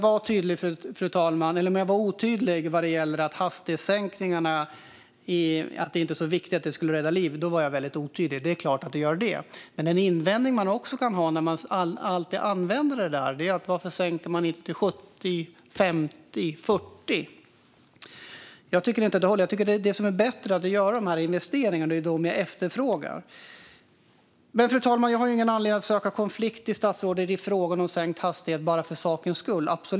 När det gäller att hastighetssänkningar inte är så viktiga för att rädda liv var jag mycket otydlig. Det är klart att de räddar liv. Men den invändning som man också kan ha när detta alltid används är: Varför sänker man inte till 70, 50 eller 40? Jag tycker inte att detta håller. Det är bättre att göra de investeringar som jag efterfrågar. Fru talman! Jag har absolut ingen anledning att söka konflikt med statsrådet i frågan om sänkt hastighet bara för sakens skull.